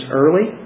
early